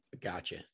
Gotcha